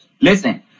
listen